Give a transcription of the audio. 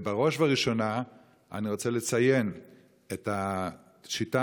בראש ובראשונה אני רוצה לציין את השיטה